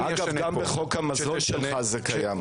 אגב, גם בחוק המזון שלך זה קיים.